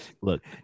look